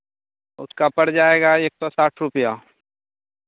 उसका पड़ जाएगा एक सौ साठ रुपैया